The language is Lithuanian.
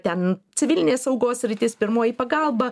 ten civilinės saugos sritis pirmoji pagalba